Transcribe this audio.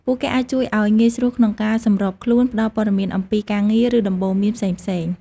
ពួកគេអាចជួយឲ្យងាយស្រួលក្នុងការសម្របខ្លួន ផ្ដល់ព័ត៌មានអំពីការងារ ឬដំបូន្មានផ្សេងៗ ។